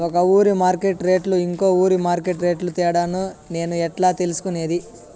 ఒక ఊరి మార్కెట్ రేట్లు ఇంకో ఊరి మార్కెట్ రేట్లు తేడాను నేను ఎట్లా తెలుసుకునేది?